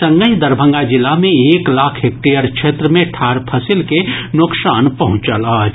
संगहि दरभंगा जिला मे एक लाख हेक्टेयर क्षेत्र मे ठाढ़ फसिल के नोकसान पहुंचल अछि